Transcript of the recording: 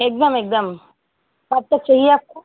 एक दम एक दम कब तक चाहिए आपको